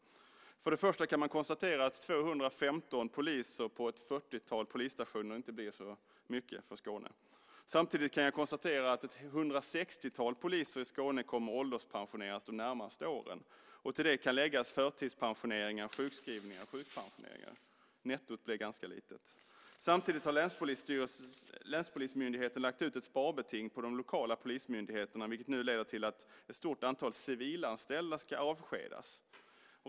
Jag kan konstatera att 215 poliser på ett 40-tal polisstationer inte är särskilt mycket för Skånes del. Jag kan vidare konstatera att omkring 160 poliser i Skåne kommer att ålderspensioneras de närmaste åren. Till det kan läggas förtidspensioneringar, sjukskrivningar och sjukpensioneringar. Nettot blir således ganska litet. Samtidigt har länspolismyndigheten lagt ut ett sparbeting på de lokala polismyndigheterna, vilket leder till att ett stort antal civilanställda nu ska avskedas.